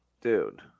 Dude